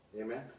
Amen